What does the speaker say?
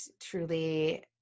truly